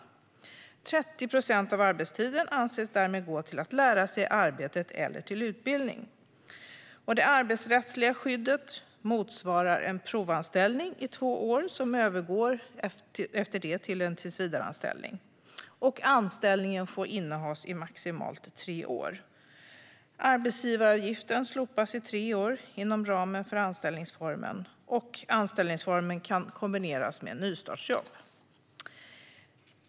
Därmed anses 30 procent av arbetstiden gå till att lära sig arbetet eller till utbildning. Det arbetsrättsliga skyddet motsvarar en provanställning i två år som efter det övergår till en tillsvidareanställning. Anställningen får innehas i maximalt tre år. Arbetsgivaravgiften slopas i tre år inom ramen för anställningsformen, och anställningsformen kan kombineras med nystartsjobb.